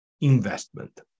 investment